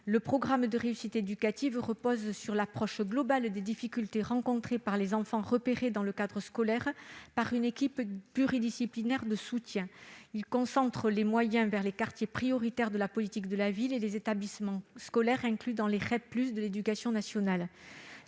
Ce programme repose sur l'approche globale des difficultés rencontrées par les enfants repérés dans le cadre scolaire par une équipe pluridisciplinaire de soutien ; il concentre les moyens vers les quartiers prioritaires de la politique de la ville et les établissements scolaires inclus dans les REP+ de l'éducation nationale.